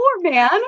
man